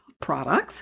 Products